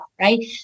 right